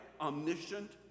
Omniscient